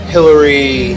Hillary